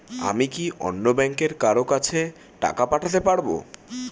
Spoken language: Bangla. আমি কি অন্য ব্যাংকের কারো কাছে টাকা পাঠাতে পারেব?